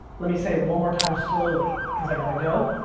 let me say it one more time slowly, cause i gotta go,